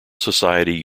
society